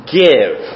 give